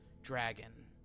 dragon